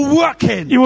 working